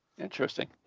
Interesting